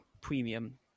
premium